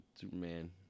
Superman